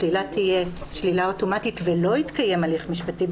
השלילה תהיה שלילה אוטומטית ולא יתקיים הליך משפטי,